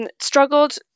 struggled